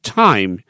time